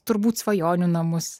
turbūt svajonių namus